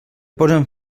posen